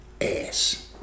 ass